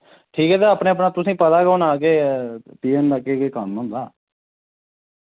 ठीक ऐ ते अपने अपना तुसें पता गै होना के पियन दा केह् केह् कम्म होंदा